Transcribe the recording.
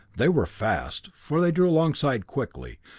they were fast, for they drew alongside quickly,